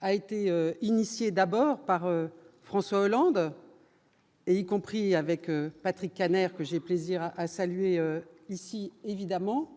a été initiée d'abord par François Hollande. Et y compris avec Patrick Kanner, que j'ai plaisir à saluer ici évidemment.